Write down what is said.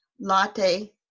latte